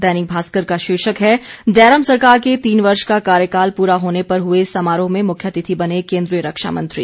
दैनिक भास्कर का शीर्षक है जयराम सरकार के तीन वर्ष का कार्यकाल पूरा होने पर हुए समारोह में मुख्यातिथि बने केंद्रीय रक्षा मंत्री